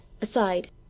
aside